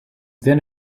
then